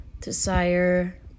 Desire